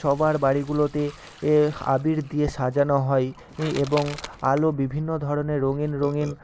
সবার বাড়িগুলোতে আবির দিয়ে সাজানো হয় ই এবং আলো বিভিন্ন ধরনের রঙিন রঙিন